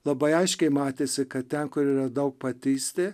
labai aiškiai matėsi kad ten kur yra daugpatystė